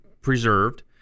preserved